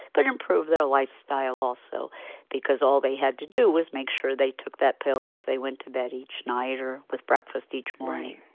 but improve their lifestyle also because all they had to do was make sure they took that pill as they went to bed each night or with breakfast each morning right